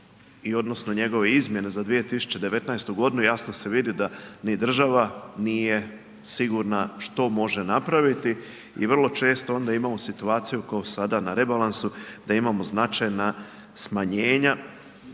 i odnosno njegove izmjene za 2019. godinu jasno se vidi da ni država nije sigurna što može napraviti i vrlo često onda imamo situaciju kao sada na rebalansu da imamo značajna smanjenja